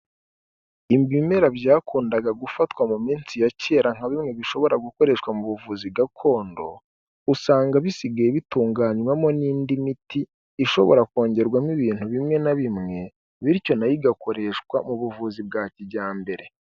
Ibimera byakundaga gufatwa mu minsi ya kera nka bimwe bishobora gukoreshwa mu buvuzi gakondo, usanga bisigaye bitunganywamo n'indi miti ishobora kongerwamo ibintu bimwe na bimwe, bityo nayo igakoreshwa mu buvuzi bwa kijyambere.